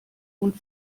und